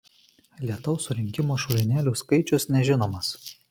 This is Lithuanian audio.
lietaus surinkimo šulinėlių skaičius nežinomas